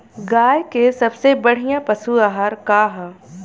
गाय के सबसे बढ़िया पशु आहार का ह?